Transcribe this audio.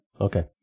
okay